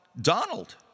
Donald